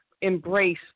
embrace